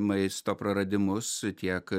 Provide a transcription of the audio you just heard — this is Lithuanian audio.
maisto praradimus tiek